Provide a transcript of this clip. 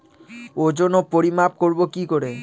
ওজন ও পরিমাপ করব কি করে?